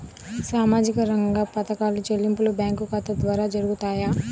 సామాజిక రంగ పథకాల చెల్లింపులు బ్యాంకు ఖాతా ద్వార జరుగుతాయా?